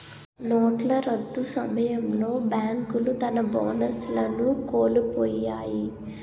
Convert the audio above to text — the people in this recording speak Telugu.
నోట్ల రద్దు సమయంలో బేంకులు తన బోనస్లను కోలుపొయ్యాయి